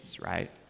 right